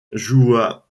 joua